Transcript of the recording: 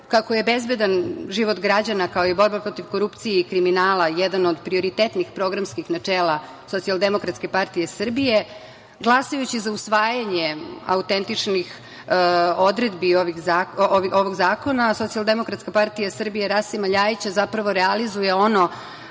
kako je bezbedan život građana kao i borba protiv korupcije i kriminala jedan od prioritetnih programskih načela Socijaldemokratske partije Srbije, glasajući za usvajanje autentičnih odredbi ovog zakona Socijaldemokratska partija Srbije Rasima Ljajića zapravo realizuje ono